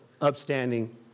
upstanding